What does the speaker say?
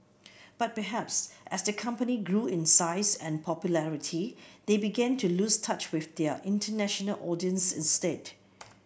but perhaps as the company grew in size and popularity they began to lose touch with their international audience instead